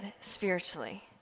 spiritually